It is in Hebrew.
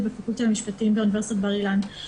בפקולטה למשפטים באוניברסיטת בר אילן.